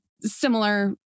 similar